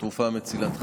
תרופה מצילת חיים.